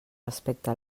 respecte